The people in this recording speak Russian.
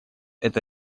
это